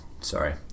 Sorry